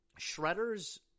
Shredder's